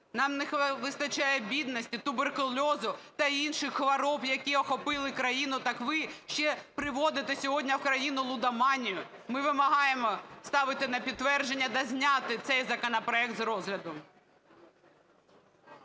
Нам не вистачає бідності, туберкульозу та інших хвороб, які охопили країну? Так ви ще приводите сьогодні в країну лудоманію? Ми вимагаємо ставити на підтвердження та зняти цей законопроект з розгляду.